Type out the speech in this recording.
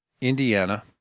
Indiana